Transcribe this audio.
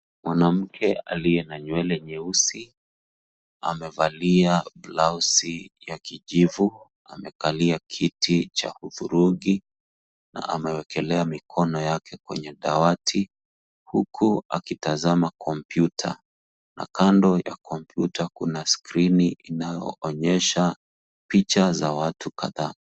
Mwanamke aliye na nywele nyeusi, amevalia blausi ya kijivu. Amekalia kiti cha hudhurungi, na amewekelea mikono yake kwenye dawati, huku akitazama kompyuta, na kando ya kompyuta kuna skirini inayoonyesha picha za watu kadhaa.